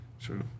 True